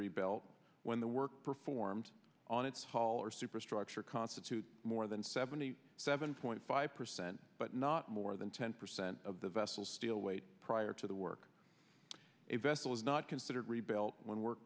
rebel when the work performed on its haul or superstructure constitute more than seventy seven point five percent but not more than ten percent of the vessel still weight prior to the work a vessel is not considered rebuilt when work